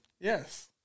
yes